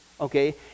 okay